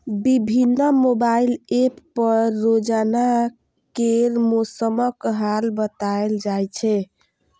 विभिन्न mobile app पर रोजाना केर मौसमक हाल बताएल जाए छै